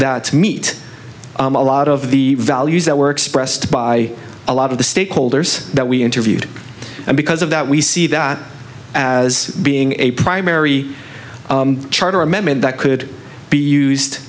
that meet a lot of the values that were expressed by a lot of the stakeholders that we interviewed and because of that we see that as being a primary charter amendment that could be used